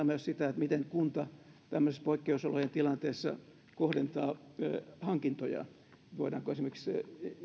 myös sitä miten kunta tämmöisessä poikkeusolojen tilanteessa kohdentaa hankintojaan voidaanko esimerkiksi